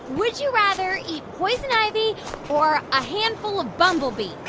would you rather eat poison ivy or a handful of bumblebees?